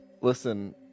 Listen